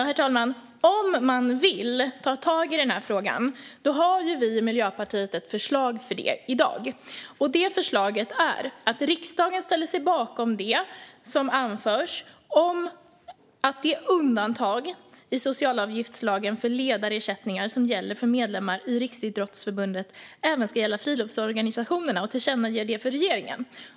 Herr talman! Om man vill ta tag i den här frågan har vi i Miljöpartiet ett förslag i dag. Det förslaget är att riksdagen ställer sig bakom det som anförs om att det undantag i socialavgiftslagen för ledarersättningar som gäller för medlemmar i Riksidrottsförbundet även ska gälla friluftsorganisationerna och tillkännager det för regeringen.